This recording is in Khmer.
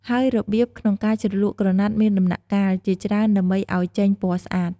ហើយរបៀបក្នុងការជ្រលក់ក្រណាត់មានដំណាក់កាល ជាច្រើនដើម្បីអោយចេញពណ៌ស្អាត ។